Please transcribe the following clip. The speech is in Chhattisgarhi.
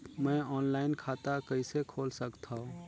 मैं ऑनलाइन खाता कइसे खोल सकथव?